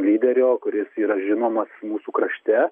lyderio kuris yra žinomas mūsų krašte